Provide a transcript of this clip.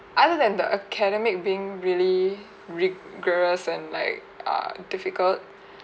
other than the academic being really rigorous and like err difficult